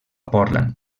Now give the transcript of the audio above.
portland